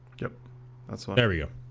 yep that's one there we go